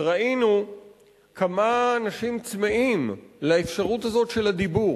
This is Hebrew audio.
וראינו כמה אנשים צמאים לאפשרות הזאת של הדיבור.